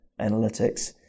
analytics